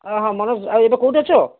ହଁ ମନୋଜ ଆଉ ଏବେ କୋଉଠି ଅଛ